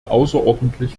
außerordentlich